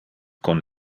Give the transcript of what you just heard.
con